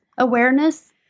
awareness